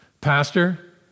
Pastor